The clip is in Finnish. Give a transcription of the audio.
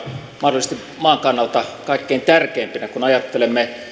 mahdollisesti maan kannalta kaikkein tärkeimpinä kun ajattelemme